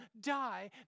die